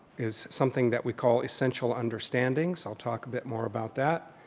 is something that we call essential understandings, i'll talk a bit more about that.